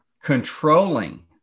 controlling